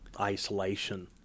isolation